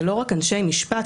ולא רק אנשי משפט,